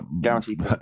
Guaranteed